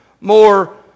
more